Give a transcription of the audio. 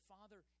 Father